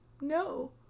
No